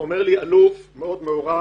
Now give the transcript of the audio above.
אומר לי האלוף המאוד מוערך